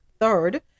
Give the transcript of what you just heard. third